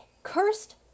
Cursed